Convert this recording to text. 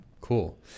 cool